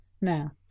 Now